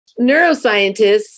neuroscientists